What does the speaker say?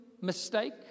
mistake